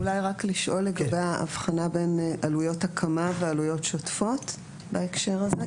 אולי רק לשאול לגבי ההבחנה בין עלויות הקמה ועלויות שוטפות בהקשר הזה,